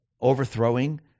overthrowing